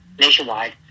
nationwide